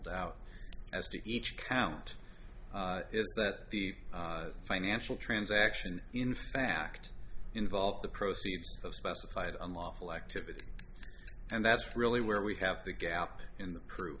doubt as to each count is that the financial transaction in fact involved the proceeds of specified unlawful activity and that's really where we have the gap in the